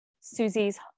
Susie's